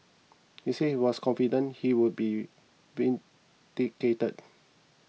he said he was confident he would be vindicated